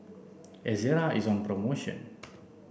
Ezerra is on promotion